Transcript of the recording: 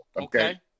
Okay